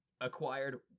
acquired